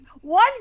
one